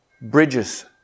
bridges